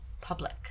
public